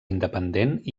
independent